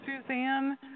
Suzanne